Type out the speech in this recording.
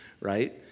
right